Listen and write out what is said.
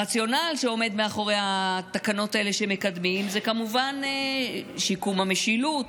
הרציונל שעומד מאחורי התקנות האלה שמקדמים זה כמובן שיקום המשילות.